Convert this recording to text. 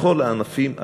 בכל הענפים,